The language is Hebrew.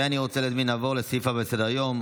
ונעבור לסעיף הבא בסדר-היום,